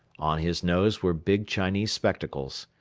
on his nose were big chinese spectacles.